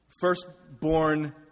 Firstborn